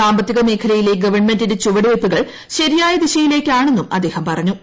സാമ്പത്തിക മേഖലയിലെ ഗവണ്മെന്റിന്റെ ചുവടുവയ്പ്പുകൾ ശരിയായ ദിശയിലേക്കാണെന്ന് അദ്ദേഹം പറഞ്ഞു